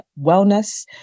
Wellness